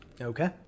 Okay